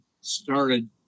started